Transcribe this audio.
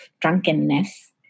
drunkenness